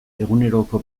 eguneroko